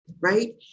right